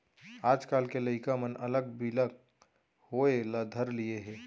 आजकाल के लइका मन अलग बिलग होय ल धर लिये हें